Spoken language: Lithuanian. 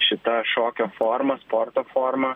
šita šokio forma sporto forma